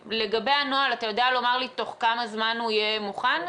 אתה יודע לומר לי תוך כמה זמן הוא יהיה מוכן?